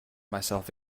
myself